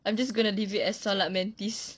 I'm just gonna leave it as solat mantis